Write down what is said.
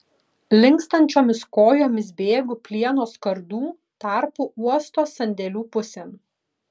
linkstančiomis kojomis bėgu plieno skardų tarpu uosto sandėlių pusėn